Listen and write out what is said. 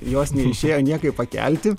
jos neišėjo niekaip pakelti